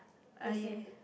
I see